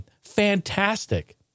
fantastic